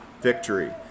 victory